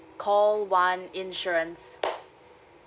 call one insurance